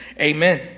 Amen